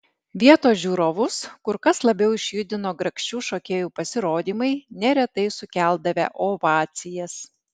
vietos žiūrovus kur kas labiau išjudino grakščių šokėjų pasirodymai neretai sukeldavę ovacijas